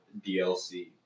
DLC